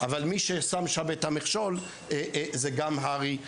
אבל מי ששם שם את המכשול זה גם הר"י.